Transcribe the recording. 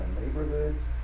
neighborhoods